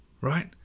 right